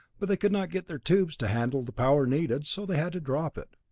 but they could not get their tubes to handle the power needed, so they had to drop it.